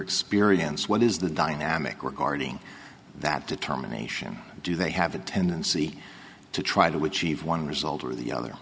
experience what is the dynamic regarding that determination do they have a tendency to try to achieve one result or the other